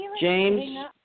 James